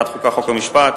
חוקה, חוק ומשפט.